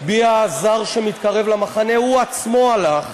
מי הזר שמתקרב למחנה, הוא עצמו הלך,